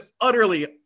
utterly